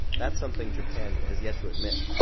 that's something japan has yet to admit.